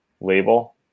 label